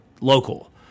local